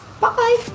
Bye